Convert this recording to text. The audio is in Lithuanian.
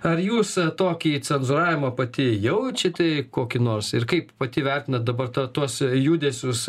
ar jūs tokį cenzūravimą pati jaučiate kokį nors ir kaip pati vertinat dabar tą tuos judesius